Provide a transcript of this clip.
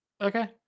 Okay